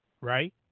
right